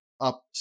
up